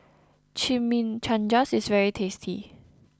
Chimichangas is very tasty